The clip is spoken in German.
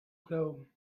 glauben